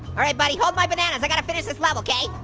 all right buddy, hold my bananas. i've gotta finish this level, okay?